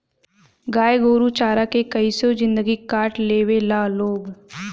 गाय गोरु चारा के कइसो जिन्दगी काट लेवे ला लोग